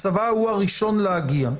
הצבא הוא הראשון להגיע.